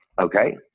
Okay